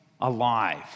alive